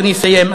ואני אסיים,